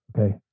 okay